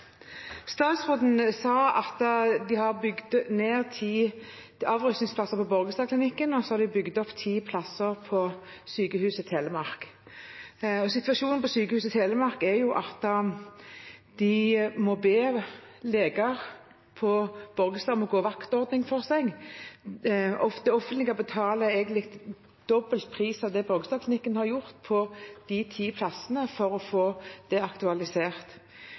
Statsråden sa at det er bygd ned ti avrusningsplasser ved Borgestadklinikken, og så er det bygd opp ti plasser på Sykehuset Telemark. Situasjonen på Sykehuset Telemark er at de må be leger fra Borgestad om å gå inn i vaktordninger for seg. Det offentlige betaler egentlig dobbel pris av Borgestadklinikkens ti plasser, for å få det aktualisert.